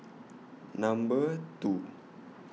Number two